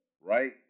right